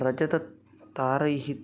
रजत तारैः